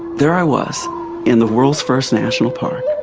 there i was in the world's first national park,